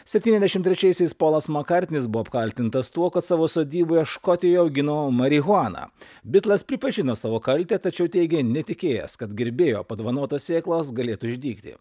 septyniasdešimt trečiaisiais polas makartnis buvo apkaltintas tuo kad savo sodyboje škotijo augino marihuaną bitlas pripažino savo kaltę tačiau teigė netikėjęs kad gerbėjo padovanotos sėklos galėtų išdygti